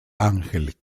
ángel